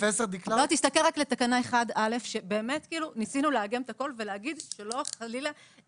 תסתכל רק לתקנה 1א שבאמת כאילו ניסינו לעגן את הכול ולהגיד שלא חלילה